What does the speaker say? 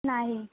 नाही